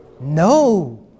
No